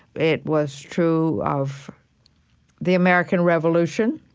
it was true of the american revolution